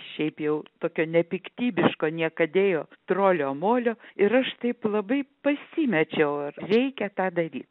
šiaip jau tokio nepiktybiško niekadėjo trolio molio ir aš taip labai pasimečiau ar reikia tą daryt